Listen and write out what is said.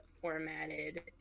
formatted